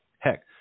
Heck